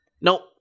Nope